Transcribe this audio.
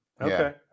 Okay